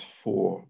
four